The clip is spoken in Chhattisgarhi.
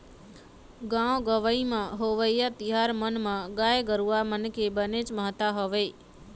गाँव गंवई म होवइया तिहार मन म गाय गरुवा मन के बनेच महत्ता हवय